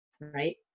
right